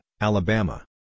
Alabama